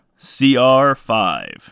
CR5